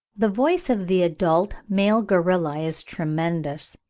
the voice of the adult male gorilla is tremendous,